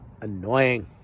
annoying